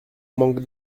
manque